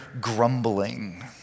grumbling